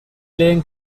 lehen